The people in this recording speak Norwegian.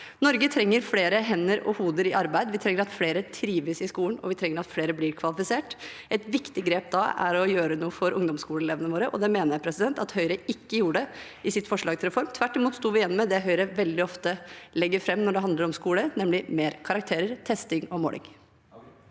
Norge trenger flere hender og hoder i arbeid. Vi trenger at flere trives i skolen, og vi trenger at flere blir kvalifisert. Et viktig grep da er å gjøre noe for ungdomsskoleelevene våre, og det mener jeg at Høyre ikke gjorde i sitt forslag til reform. Tvert imot sto vi igjen med det Høyre veldig ofte legger fram når det handler om skole, nemlig mer karakterer, testing og måling.